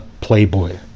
Playboy